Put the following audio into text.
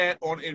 on